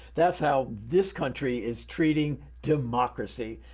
that's how this country is treating democracy.